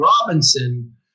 Robinson